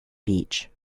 beach